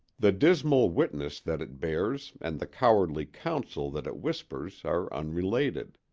the dismal witness that it bears and the cowardly counsel that it whispers are unrelated.